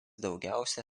daugiausia